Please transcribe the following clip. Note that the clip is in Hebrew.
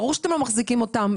ברור שאתם לא מחזיקים אותם,